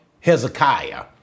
Hezekiah